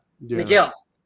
Miguel